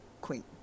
Queen